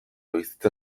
bizitza